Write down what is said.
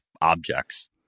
objects